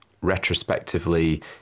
retrospectively